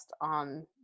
on